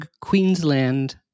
Queensland